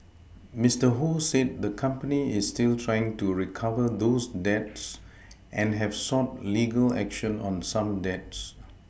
Mister Ho said the company is still trying to recover those debts and have sought legal action on some debts